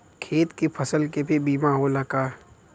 खेत के फसल के भी बीमा होला का?